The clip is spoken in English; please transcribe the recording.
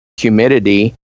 humidity